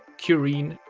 kiurin,